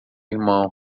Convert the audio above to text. irmão